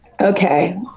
Okay